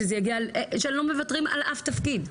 ושלא מוותרים על אף תפקיד,